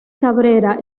cabrera